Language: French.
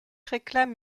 réclame